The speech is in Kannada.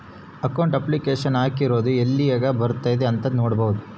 ಅಕೌಂಟ್ ಅಪ್ಲಿಕೇಶನ್ ಹಾಕಿರೊದು ಯೆಲ್ಲಿಗ್ ಬಂದೈತೀ ಅಂತ ನೋಡ್ಬೊದು